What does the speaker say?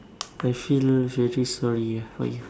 I feel very sorry for you